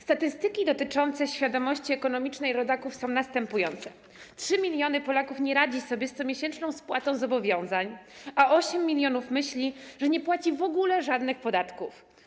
Statystyki dotyczące świadomości ekonomicznej rodaków są następujące: 3 mln Polaków nie radzi sobie z comiesięczną spłatą zobowiązań, a 8 mln myśli, że nie płaci w ogóle żadnych podatków.